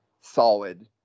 solid